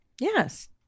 yes